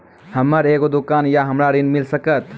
हमर एगो दुकान या हमरा ऋण मिल सकत?